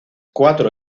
cuatro